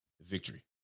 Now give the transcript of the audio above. victory